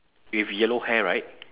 with yellow hair right